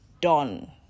Done